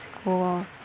school